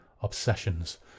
obsessions